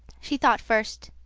she thought first